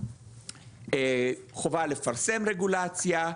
חובה לפרסם רגולציה.